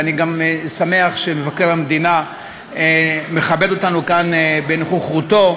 ואני גם שמח שמבקר המדינה מכבד אותנו כאן בנוכחותו,